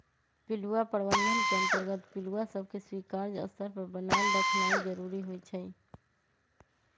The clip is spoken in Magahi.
पिलुआ प्रबंधन के अंतर्गत पिलुआ सभके स्वीकार्य स्तर पर बनाएल रखनाइ जरूरी होइ छइ